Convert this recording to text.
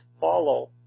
follow